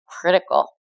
critical